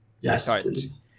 yes